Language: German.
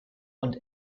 und